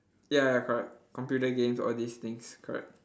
ya ya correct computer games all these things correct